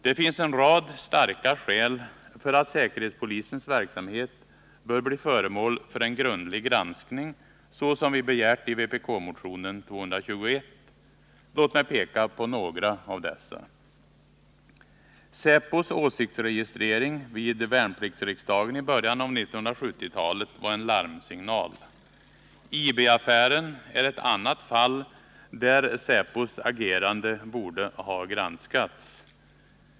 Det finns en rad starka skäl för att säkerhetspolisens verksamhet bör bli föremål för en grundlig granskning, så som vi begärt i vpk-motionen 221. Låt mig peka på några av dessa! Säpos åsiktsregistrering vid värnpliktsriksdagen i början av 1970-talet var en larmsignal. IB-affären är ett annat fall där säpos agerande borde ha granskats.